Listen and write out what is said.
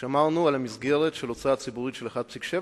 שמרנו על המסגרת של הוצאה ציבורית של 1.7,